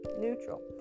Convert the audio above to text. neutral